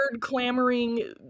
clamoring